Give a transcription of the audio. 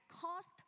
cost